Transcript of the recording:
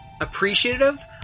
appreciative